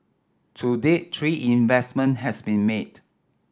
to date three investment has been made